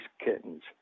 kittens